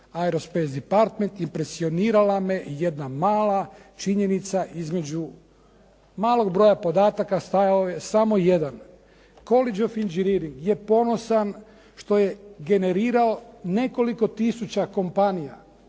se ne razumije./… impresionirala me jedna mala činjenica između malog broja podataka stajao je samo jedan …/Govornik se ne razumije./… je ponosan što je generirao nekoliko tisuća kompanija,